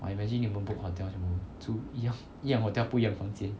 !wah! imagine 你们 book hotel 全部住一样一样 hotel 不一样房间